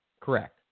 Correct